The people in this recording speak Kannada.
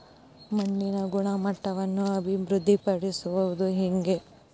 ಮಣ್ಣಿನ ಗುಣಮಟ್ಟವನ್ನು ಅಭಿವೃದ್ಧಿ ಪಡಿಸದು ಹೆಂಗೆ?